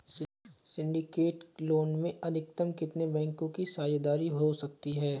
Syndicate loan में अधिकतम कितने बैंकों की साझेदारी हो सकती है?